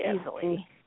easily